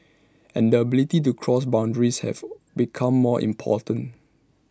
and the ability to cross boundaries have become more important